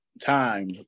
time